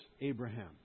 Abraham